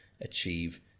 achieve